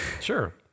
Sure